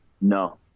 No